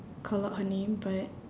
call out her name but